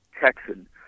texan